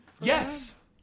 Yes